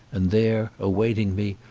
and there, awaiting me,